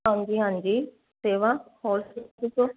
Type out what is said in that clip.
ਹਾਂਜੀ ਹਾਂਜੀ ਸੇਵਾ ਹੋਰ ਦੱਸੋ